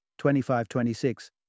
25-26